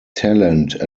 talent